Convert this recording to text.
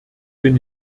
bin